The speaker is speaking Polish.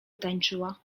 tańczyła